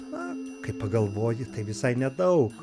na kai pagalvoji tai visai nedaug